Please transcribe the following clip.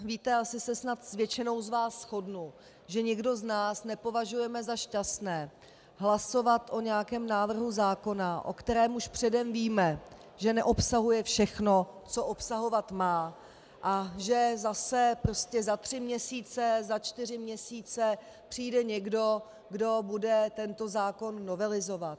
Víte, asi se snad s většinou z vás shodnu, že nikdo z nás nepovažujeme za šťastné hlasovat o nějakém návrhu zákona, o kterém už předem víme, že neobsahuje všechno, co obsahovat má, a že zase za tři měsíce, za čtyři měsíce přijde někdo, kdo bude tento zákon novelizovat.